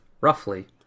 roughly